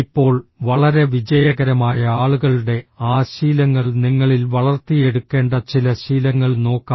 ഇപ്പോൾ വളരെ വിജയകരമായ ആളുകളുടെ ആ ശീലങ്ങൾ നിങ്ങളിൽ വളർത്തിയെടുക്കേണ്ട ചില ശീലങ്ങൾ നോക്കാം